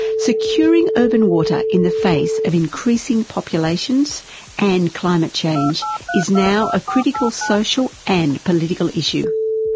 securing urban water in the face of increasing populations and climate change is now a critical social and political issue.